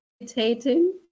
meditating